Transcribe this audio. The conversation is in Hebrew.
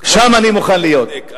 שם אני מוכן להיות.